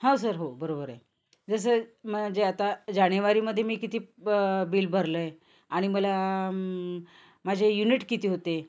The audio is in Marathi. हो सर हो बरोबर आहे जसं म्हणजे आता जाणेवारीमध्ये मी किती बिल भरलं आहे आणि मला माझे युनिट किती होते